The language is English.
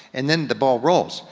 and then the ball rolls.